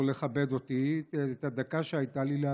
ולכבד אותי ולאפשר לי את הדקה שהייתה לי.